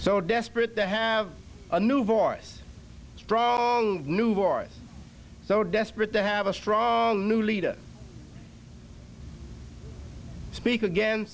so desperate to have a new voice strong new war so desperate to have a strong new leader speak again